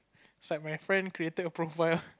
some my friend created a profile